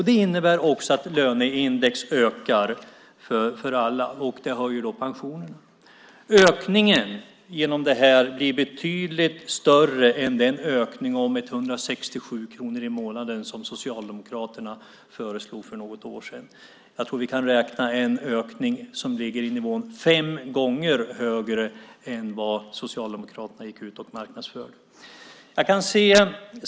Det i sin tur innebär att löneindex ökar för alla, vilket höjer pensionerna. Denna ökning är betydligt större än den ökning om 167 kronor i månaden som Socialdemokraterna föreslog för något år sedan. Jag tror att vi kan räkna med en ökning som ligger på nivån fem gånger större än den som Socialdemokraterna gick ut och marknadsförde.